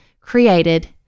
created